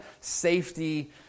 Safety